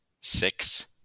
Six